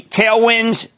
tailwinds